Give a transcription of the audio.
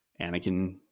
Anakin